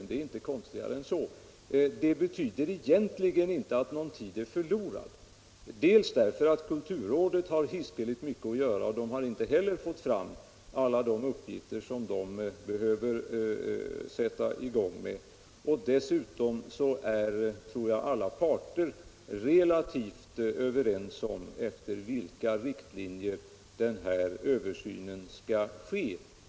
Det är inte konstigare än så. Det betyder egentligen inte att någon tid är förlorad: dels har kulturrådet mycket att göra och har inte heller fått fram alla de uppgifter som det behöver för att sätta i gång, dels tror jag att alla parter är relativt överens om efter vilka riktlinjer den här översynen skall ske.